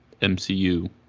MCU